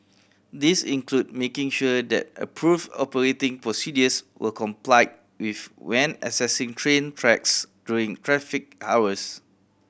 these include making sure that approved operating procedures were complied with when accessing train tracks during traffic hours